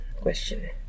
question